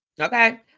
Okay